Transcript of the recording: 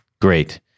Great